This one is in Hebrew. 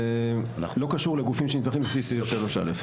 לא קשור לגופים שנתמכים לפי סעיף 3(א),